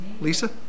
Lisa